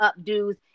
updos